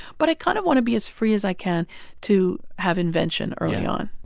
but i kind of want to be as free as i can to have invention early on